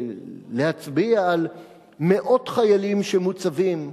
להצביע על מאות חיילים שמוצבים בשב"ס,